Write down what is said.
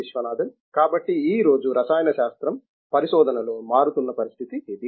విశ్వనాథన్ కాబట్టి ఈ రోజు రసాయన శాస్త్రం పరిశోధనలో మారుతున్న పరిస్థితి ఇది